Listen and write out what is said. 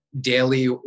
daily